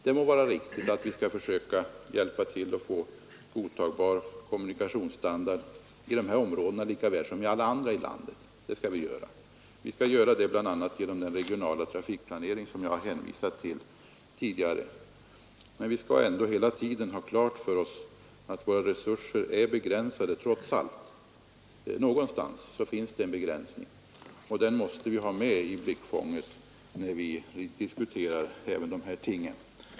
Det är riktigt att vi skall försöka hjälpa till att få en godtagbar kommunikationsstandard i dessa områden lika väl som i alla andra områden i landet. Det skall ske bland annat genom den lokala trafikplanering som jag tidigare hänvisat till. Men vi skall ändå hela tiden ha klart för oss att våra resurser trots allt är begränsade, och det måste vi ha med i bilden när vi diskuterar dessa ting.